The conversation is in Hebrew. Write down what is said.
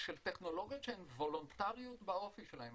של טכנולוגיות שהן וולונטריות באופי שלהן.